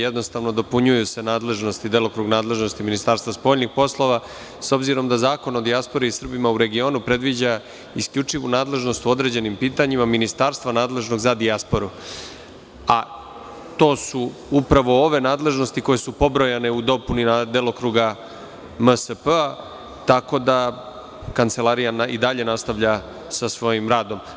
Jednostavno, dopunjuje se delokrug nadležnosti Ministarstva spoljnih poslova, s obzirom da Zakon o dijaspori i Srbima u regionu predviđa isključivu nadležnost u određenim pitanjima ministarstva nadležnog za dijasporu, a to su upravo ove nadležnosti koje su pobrojane u dopuni delokruga MSP, tako da kancelarija i dalje nastavlja sa svojim radom.